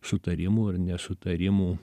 sutarimų ir nesutarimų